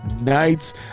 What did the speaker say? nights